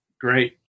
Great